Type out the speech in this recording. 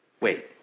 Wait